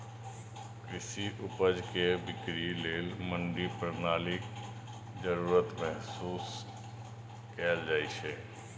कृषि उपज के बिक्री लेल मंडी प्रणालीक जरूरत महसूस कैल जाइ छै